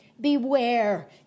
Beware